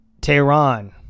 Tehran